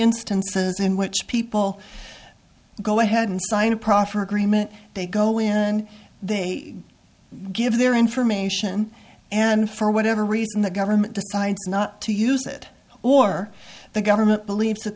instances in which people go ahead and sign a proffer agreement they go in they give their information and for whatever reason the government decides not to use it or the government believes that